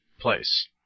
place